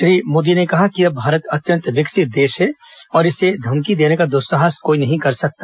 श्री मोदी ने कहा कि अब भारत अत्यंत विकसित देश है और इसे धमकी देने का दुस्साहस कोई नहीं कर सकता